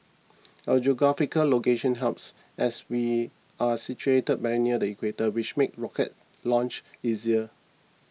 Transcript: our geographical location helps as we are situated very near the equator which makes rocket launches easier